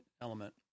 element